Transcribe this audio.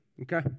Okay